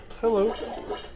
Hello